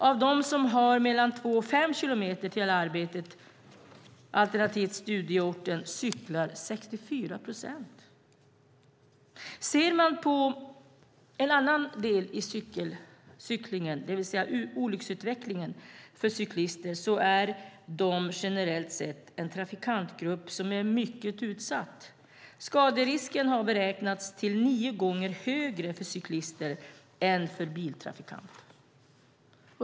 Av dem som har mellan två och fem kilometer till arbetet alternativt studieorten cyklar 64 procent. Ser man på olycksutvecklingen för cyklister är det generellt sett en trafikantgrupp som är mycket utsatt. Skaderisken har beräknats till nio gånger högre för cyklister än för biltrafikanter.